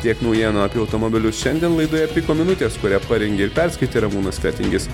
tiek naujienų apie automobilius šiandien laidoje piko minutės kurią parengė ir perskaitė ramūnas fetingis